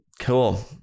Cool